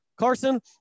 Carson